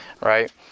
right